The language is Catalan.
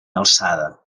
alçada